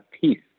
peace